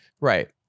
Right